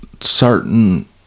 certain